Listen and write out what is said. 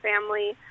family